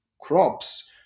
crops